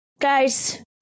Guys